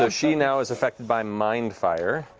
so she now is affected by mind fire.